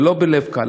ולא בלב קל,